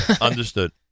Understood